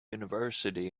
university